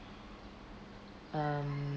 um